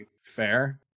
fair